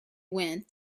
went